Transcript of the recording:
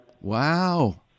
Wow